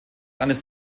eines